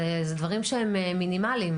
אלה דברים שהם מינימליים,